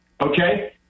okay